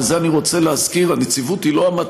ואת זה אני רוצה להזכיר: הנציבות היא לא המטרה,